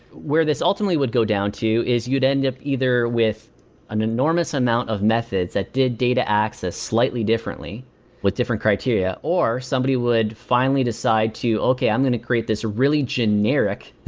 where this ultimately would go down to is you'd end up either with an enormous amount of methods that did data access slightly differently with different criteria, or somebody would finally decide to, okay. i'm going to create this really generic